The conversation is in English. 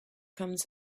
comes